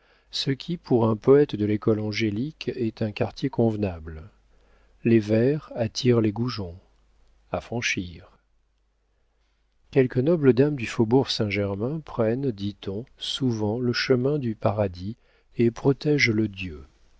ce qui pour un poëte de l'école angélique est un quartier convenable les vers attirent les goujons affranchir quelques nobles dames du faubourg saint-germain prennent dit-on souvent le chemin du paradis et protégent le dieu